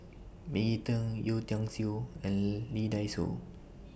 Maggie Teng Yeo Tiam Siew and Lee Dai Soh